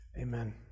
Amen